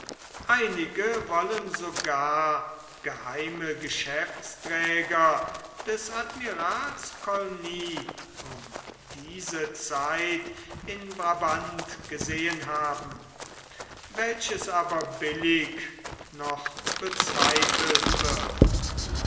einige wollen sogar geheime geschäftsträger des admirals coligny um diese zeit in brabant gesehen haben welches aber billig noch bezweifelt wird